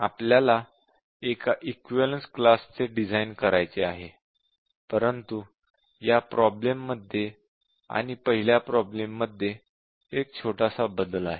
आपल्याला एका equivalence class चे डिझाईन करायचे आहे परंतु या प्रॉब्लेम मध्ये आणि पहिल्या प्रॉब्लेम मध्ये एक छोटासा बदल आहे